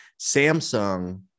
Samsung